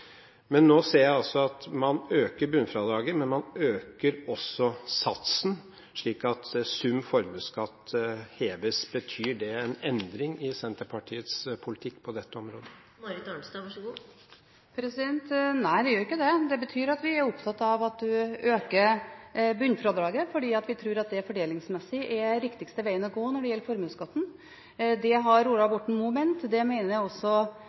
men man øker også satsen, slik at sum formuesskatt heves. Betyr det en endring i Senterpartiets politikk på dette området? Nei, det gjør ikke det, det betyr at vi er opptatt av at man øker bunnfradraget fordi vi tror det fordelingsmessig er den riktigste vegen å gå når det gjelder formuesskatten. Det har Ola Borten Moe ment, det mener også jeg, det står også